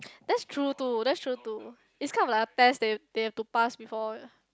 that's true too that's true too it's kind of like a test they they have to pass before